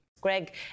Greg